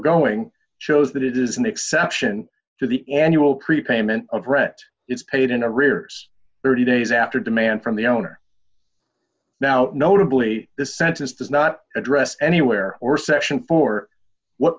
going shows that it is an exception to the annual create payment of rent is paid in a rears thirty dollars days after demand from the owner now notably the census does not address anywhere or section for what